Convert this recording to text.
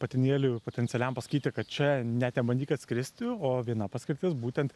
patinėliui potencialiam pasakyti kad čia net nebandyk atskristi o viena paskirtis būtent